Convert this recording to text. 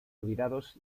olvidados